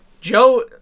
Joe